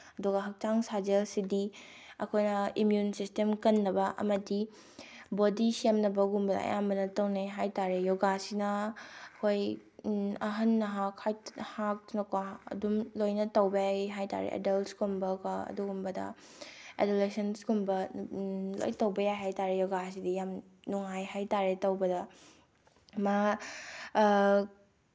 ꯑꯗꯨꯒ ꯍꯛꯆꯥꯡ ꯁꯥꯖꯦꯜꯁꯤꯗꯤ ꯑꯩꯈꯣꯏꯅ ꯏꯃ꯭ꯌꯨꯟ ꯁꯤꯁꯇꯦꯝ ꯀꯟꯅꯕ ꯑꯃꯗꯤ ꯕꯣꯗꯤ ꯁꯦꯝꯅꯕꯒꯨꯝꯕꯗ ꯑꯌꯥꯝꯕꯅ ꯇꯧꯅꯩ ꯍꯥꯏ ꯇꯥꯔꯦ ꯌꯣꯒꯥꯁꯤꯅ ꯑꯩꯈꯣꯏ ꯑꯍꯟ ꯅꯍꯥ ꯈꯥꯛꯇꯅꯀꯣ ꯑꯗꯨꯝ ꯂꯣꯏꯅ ꯇꯧꯕ ꯌꯥꯏ ꯍꯥꯏ ꯇꯥꯔꯦ ꯑꯗꯜꯁꯀꯨꯝꯕꯀꯣ ꯑꯗꯨꯒꯨꯝꯕꯗ ꯑꯗꯣꯂꯦꯁꯦꯟꯁꯀꯨꯝꯕ ꯂꯣꯏ ꯇꯧꯕ ꯌꯥꯏ ꯍꯥꯏ ꯇꯥꯔꯦ ꯌꯣꯒꯥꯁꯤꯗꯤ ꯌꯥꯝ ꯅꯨꯡꯉꯥꯏ ꯍꯥꯏ ꯇꯥꯔꯦ ꯇꯧꯕꯗ ꯃꯥ